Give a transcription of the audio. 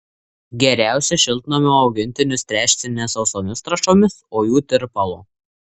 geriausia šiltnamio augintinius tręšti ne sausosiomis trąšomis o jų tirpalu